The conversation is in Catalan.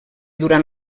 durant